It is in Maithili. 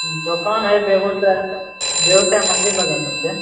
दोकान हइ बेगूसराय बेगूसराय मंदिर लग एने छै